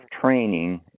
training